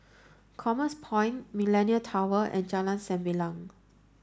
Commerce Point Millenia Tower and Jalan Sembilang